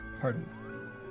Pardon